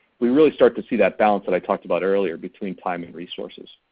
we really start to see that balance that i talked about earlier between time and resources.